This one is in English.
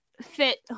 fit